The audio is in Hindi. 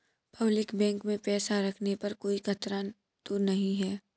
पब्लिक बैंक में पैसा रखने पर कोई खतरा तो नहीं है?